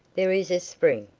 there is a spring.